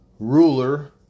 Ruler